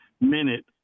minute